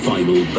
Final